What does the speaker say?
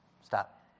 Stop